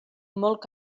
molt